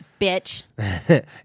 bitch